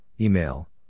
email